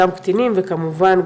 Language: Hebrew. גם קטינים וכמובן,